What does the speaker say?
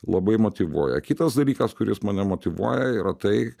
labai motyvuoja kitas dalykas kuris mane motyvuoja yra tai